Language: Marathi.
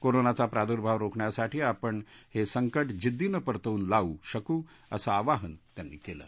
कोरोनाचा प्रादुर्भाव रोखण्यासाठी आपण हघ्किट जिद्दीनं परतवून लावू शकू असं आवाहन त्यांनी कलि